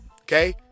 Okay